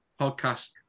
podcast